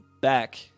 back